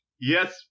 yes